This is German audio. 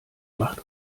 macht